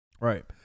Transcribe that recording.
Right